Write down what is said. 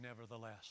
nevertheless